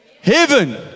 heaven